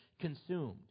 consumed